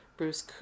Bruce